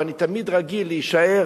ואני תמיד רגיל להישאר,